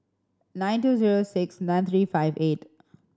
nine two zero six nine three five eight